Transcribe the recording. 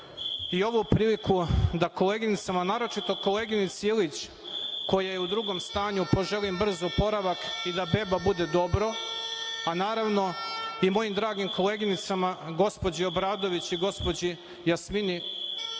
i ovu priliku da koleginicama, naročito koleginici Ilić, koja je u drugom stanju, poželim brz oporavak i da beba bude dobro, a naravno, i mojim dragim koleginicama gospođi Obradović i gospođi Jasmini